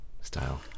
style